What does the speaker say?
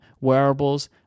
Wearables